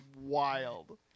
wild